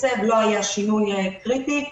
לא היה שינוי קריטי.